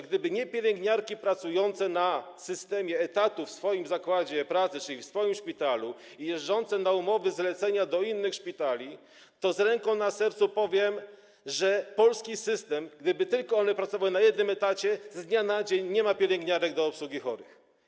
Gdyby nie pielęgniarki pracujące w systemie etatowym w swoim zakładzie pracy, czyli w swoim szpitalu, i jeżdżące na umowy zlecenia do innych szpitali, to powiem z ręką na sercu, że w polskim systemie - gdyby one pracowały tylko na jednym etacie - z dnia na dzień nie byłoby pielęgniarek do obsługi chorych.